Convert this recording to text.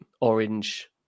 orange